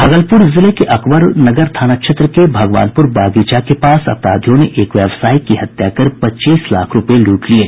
भागलपुर जिले के अकबर नगर थाना क्षेत्र भगवानपुर बगीचा के पास अपराधियों ने एक व्यवसायी की हत्या कर पच्चीस लाख रूपये लूट लिये